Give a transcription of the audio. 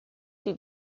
die